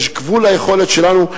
יש גבול ליכולת שלנו,